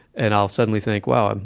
and i'll suddenly think, well, and